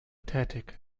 tätig